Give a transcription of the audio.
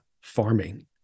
farming